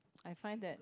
I find that